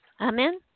Amen